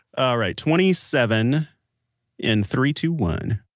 all right. twenty seven in three, two, one